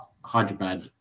Hyderabad